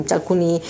alcuni